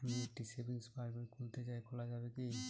আমি একটি সেভিংস পাসবই খুলতে চাই খোলা যাবে কি?